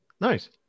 Nice